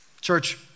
Church